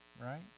Right